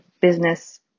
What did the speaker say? business